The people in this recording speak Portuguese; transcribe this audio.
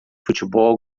futebol